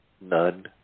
None